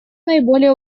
наиболее